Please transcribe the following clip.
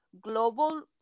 global